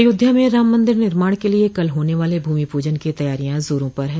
अयोध्या में राम मंदिर निर्माण के लिए कल होने वाले भूमि पूजन की तैयारियां जोरों पर है